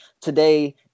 Today